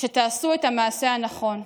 שתעשו את המעשה הנכון.